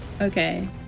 Okay